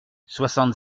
soixante